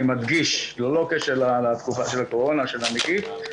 אני מדגיש: ללא קשר לתקופה של הקורונה, של הנגיף.